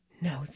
no